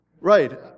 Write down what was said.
Right